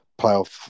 playoff